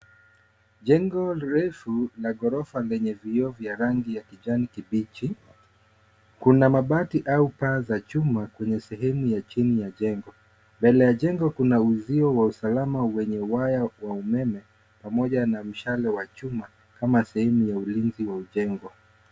Jengo refu la ghorofa lenye vioo vya rangi ya kijani kibichi. Kuna mabati au paa za chuma kwenye sehemu ya chini ya jengo. Mbele ya jengo kuna uzio wa usalama wenye waya wa umeme pamoja na mshale wa chuma kama sehemu ya ulinzi wa ujengo.